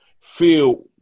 feel